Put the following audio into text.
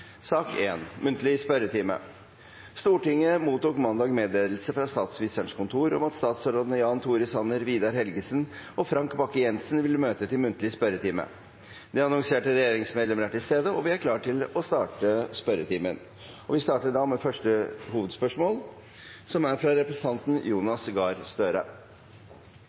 Stortinget mottok mandag meddelelse fra Statsministerens kontor om at statsrådene Jan Tore Sanner, Vidar Helgesen og Frank Bakke-Jensen vil møte til muntlig spørretime. De annonserte regjeringsmedlemmer er til stede, og vi er klare til å starte den muntlige spørretimen. Vi starter med første hovedspørsmål, fra representanten Jonas Gahr Støre.